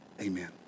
Amen